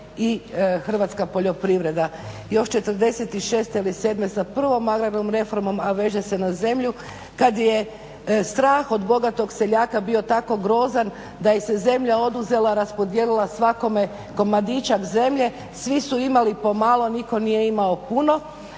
i hrvatska poljoprivreda još '46.ili sedme sa 1.agrarnom reformom a veže se na zemlju kada je strah od bogatog seljaka bio tako grozan da je se zemlja oduzela, raspodijelila svakome komadićak zemlje, svi su imali po malo niko nije imao puno,